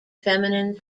feminine